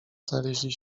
znaleźli